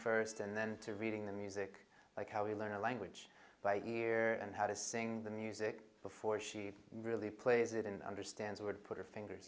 first and then to reading the music like how we learn a language by ear and how to sing the music before she really plays it in understands would put her finger